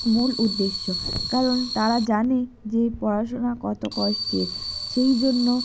মূল উদ্দেশ্য কারণ তারা জানে যে পড়াশোনা কত কষ্টের সেই জন্য